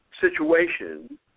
situation